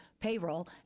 payroll